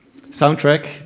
soundtrack